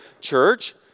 church